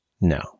No